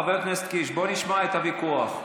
חבר הכנסת קיש, בוא נשמע את הוויכוח.